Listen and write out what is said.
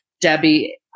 Debbie